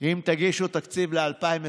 אם תגישו תקציב ל-2021,